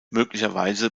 möglicherweise